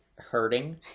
hurting